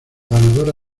ganadora